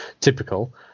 typical